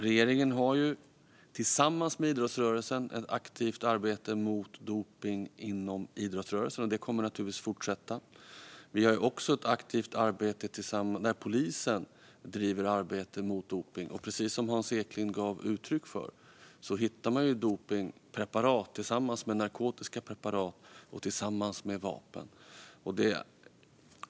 Regeringen bedriver tillsammans med idrottsrörelsen ett aktivt arbete mot dopning inom idrottsrörelsen. Det kommer naturligtvis att fortsätta. Vi har också ett aktivt arbete där polisen bedriver ett arbete mot dopning. Precis som Hans Eklind gav uttryck för hittar man dopningspreparat tillsammans med narkotiska preparat och tillsammans med vapen.